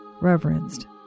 reverenced